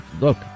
Look